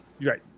Right